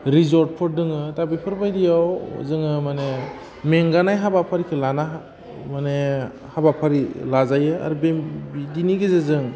रिजर्टफोर दङ दा बेफोरबायदियाव जोङो माने मेंगानाय हाबाफारिखौ लाना माने हाबाफारि लाजायो आरो बे बिदिनि गेजेरजों